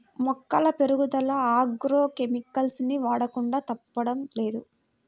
మొక్కల పెరుగుదల agro chemicals ని వాడకుండా తప్పడం లేదు